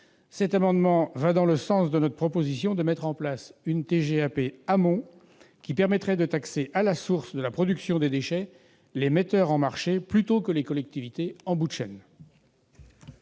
amendement va dans le sens de notre proposition de mettre en place une TGAP « amont » qui permettrait de taxer à la source de la production des déchets les metteurs sur le marché, plutôt que les collectivités en bout de chaîne.